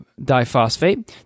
diphosphate